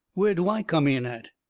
where do i come in at?